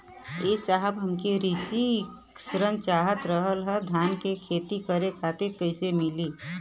ए साहब हमके कृषि ऋण चाहत रहल ह धान क खेती करे खातिर कईसे मीली?